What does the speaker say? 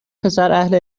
پسراهل